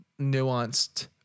nuanced